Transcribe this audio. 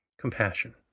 Compassion